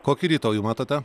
kokį rytojų matote